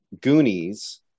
Goonies